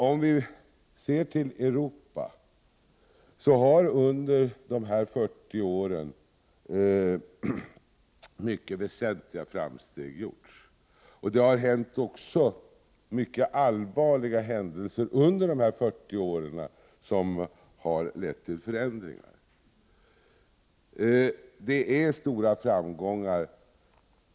Om vi ser till Europa har under dessa 40 år mycket väsentliga framsteg gjorts. Det har också under den tiden inträffat mycket allvarliga händelser, som har lett till förändringar.